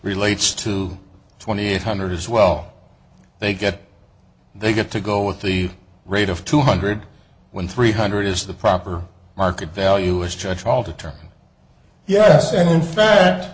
relates to twenty eight hundred as well they get they get to go with the rate of two hundred when three hundred is the proper market value is judge will determine yes and in fact